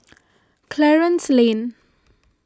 Clarence Lane